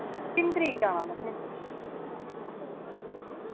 किन्नी तरीक जाना तुसैं